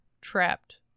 trapped